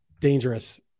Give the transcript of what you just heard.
dangerous